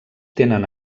tenen